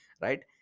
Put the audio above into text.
right